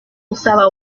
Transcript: usaba